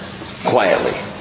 quietly